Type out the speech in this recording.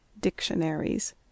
Dictionaries